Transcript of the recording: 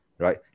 Right